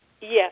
Yes